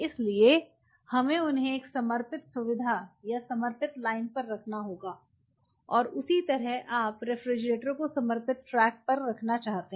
इसलिए हमें उन्हें एक समर्पित सुविधा या समर्पित लाइन पर रखना होगा और उसी तरह आप रेफ्रिजरेटर को समर्पित ट्रैक पर रखना चाहते हैं